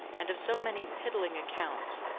and of so many piddling accounts,